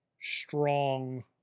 strong